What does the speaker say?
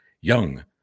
young